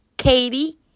Katie